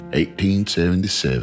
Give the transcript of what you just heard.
1877